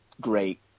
great